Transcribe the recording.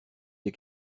des